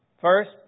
First